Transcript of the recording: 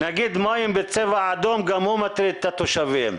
נגיד מים בצבע אדום, גם הוא מטריד את התושבים.